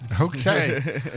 Okay